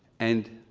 and